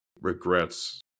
regrets